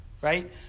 right